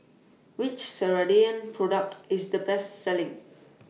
Which Ceradan Product IS The Best Selling